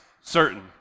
certain